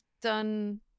done